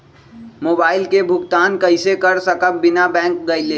Mobile के भुगतान कईसे कर सकब बिना बैंक गईले?